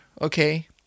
okay